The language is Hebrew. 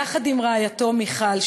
יחד עם רעייתו מיכל,